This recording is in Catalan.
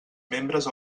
membres